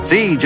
See